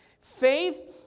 Faith